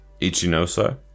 Ichinose